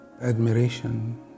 admiration